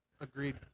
agreed